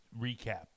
recap